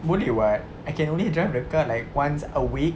boleh [what] I can only drive the car like once a week